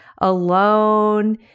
alone